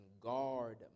guard